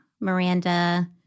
Miranda